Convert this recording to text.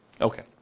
okay